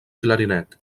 clarinet